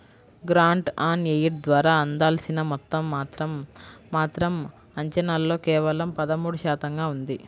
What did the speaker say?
grant on aid ద్వారా అందాల్సిన మొత్తం మాత్రం మాత్రం అంచనాల్లో కేవలం పదమూడు శాతంగా ఉంది